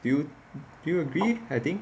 do you agree I think